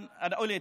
אני אמרתי